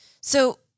So-